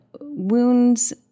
wounds